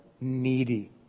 needy